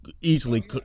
easily